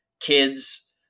kids